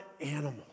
animals